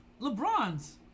LeBron's